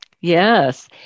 Yes